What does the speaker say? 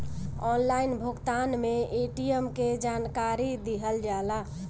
Online भुगतान में ATM के जानकारी दिहल जाला?